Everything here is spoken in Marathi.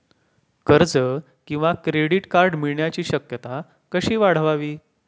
कर्ज किंवा क्रेडिट कार्ड मिळण्याची शक्यता कशी वाढवावी?